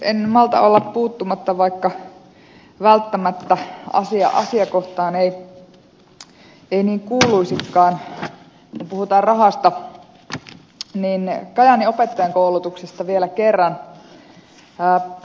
en malta olla puuttumatta vaikka välttämättä asia asiakohtaan ei niin kuuluisikaan mutta kun puhutaan rahasta niin kajaanin opettajankoulutuksesta vielä kerran